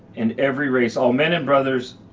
and every race all men and brothers,